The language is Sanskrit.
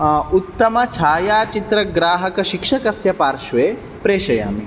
उत्तमछायाचित्रग्राहकशिक्षकस्य पार्श्वे प्रेषयामि